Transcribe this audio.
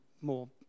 more